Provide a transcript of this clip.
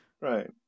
Right